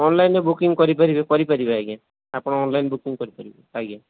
ଅନଲାଇନରେ ବୁକିଂ କରିପାରିବେ କରିପାରିବେ ଆଜ୍ଞା ଆପଣ ଅନଲାଇନ ବୁକିଂ କରିପାରିବେ ଆଜ୍ଞା